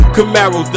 Camaro